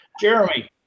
Jeremy